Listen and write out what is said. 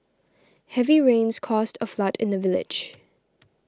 heavy rains caused a flood in the village